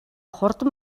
хурдан